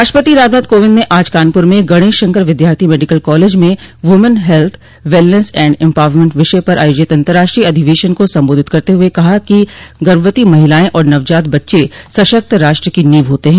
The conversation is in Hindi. राष्ट्रपति रामनाथ कोविंद ने आज कानपुर में गणेश शंकर विद्यार्थी मेडिकल कॉलेज में women health wellness and empowerment विषय पर आयोजित अतंर्राष्ट्रीय अधिवेशन को संबोधित करते हुए कहा कि गर्भवती महिलायें और नवजात बच्चे सशक्त राष्ट्र की नींव होते हैं